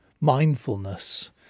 mindfulness